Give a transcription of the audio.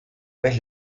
vez